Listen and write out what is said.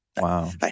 Wow